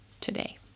today